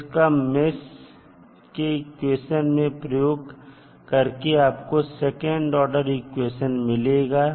तो इसका मेष के इक्वेशन में प्रयोग करके आपको सेकंड ऑर्डर इक्वेशन मिलेगा